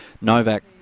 Novak